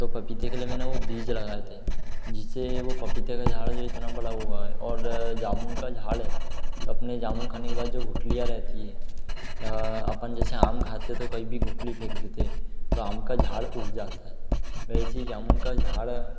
तो पपीते के लिए मैंने वो बीज लगाए थे जिसे वो पपीते का झाड़ जो इतना बला हुआ है और जामुन का झाड़ है तो अपने जामुन खाने के बाद जो गुठलियाँ रहती है या अपन जैसे आम खाते तो कई भी गुठली फेंक देते तो आम का झाड़ उग जाता है वैसी जामुन का झाड़